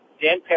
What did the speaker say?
Dan